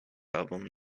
album